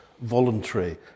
voluntary